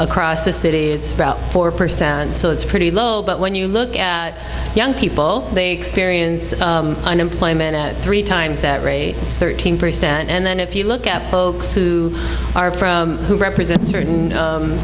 across the city it's about four percent so it's pretty low but when you look at young people they experience unemployment at three times that rate thirteen percent and then if you look at folks who are who represent certain